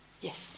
Yes